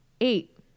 eight